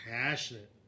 passionate